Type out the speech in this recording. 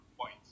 point